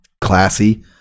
classy